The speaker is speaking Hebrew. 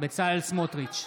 בצלאל סמוטריץ'